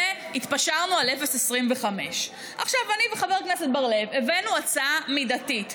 והתפשרנו על 0.25. אני וחבר הכנסת בר-לב הבאנו הצעה מידתית.